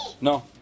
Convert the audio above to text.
No